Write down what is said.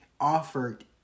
offered